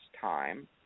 time